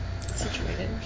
situated